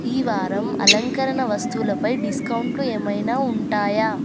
ఈవారం అలంకరణ వస్తువులుపై డిస్కౌంట్లు ఏమైనా ఉంటాయా